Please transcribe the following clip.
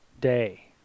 day